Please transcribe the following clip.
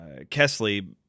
kesley